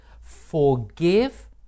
forgive